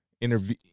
interview